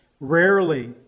Rarely